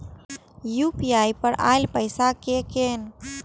UPI पर आएल पैसा कै कैन?